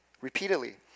repeatedly